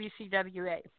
WCWA